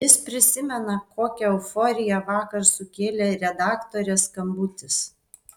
jis prisimena kokią euforiją vakar sukėlė redaktorės skambutis